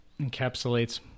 encapsulates